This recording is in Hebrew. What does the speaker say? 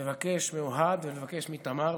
לבקש מאוהד ולבקש מתמר,